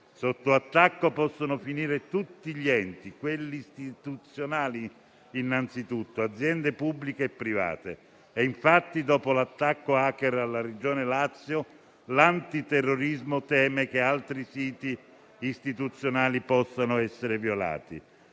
Sotto attacco possono finire tutti gli enti, quelli istituzionali innanzitutto, aziende pubbliche e private. Dopo l'attacco *hacker* alla Regione Lazio, infatti, l'antiterrorismo teme che altri siti istituzionali possano essere violati.